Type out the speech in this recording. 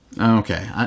Okay